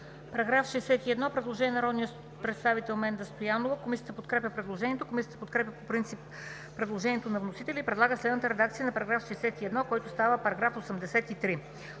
Параграф 61. Предложение на народния представител Менда Стоянова. Комисията подкрепя предложението. Комисията подкрепя по принцип предложението на вносителя и предлага следната редакция на § 61, който става § 83: „§ 83.